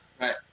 Right